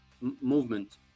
movement